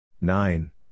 Nine